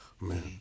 Man